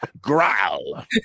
Growl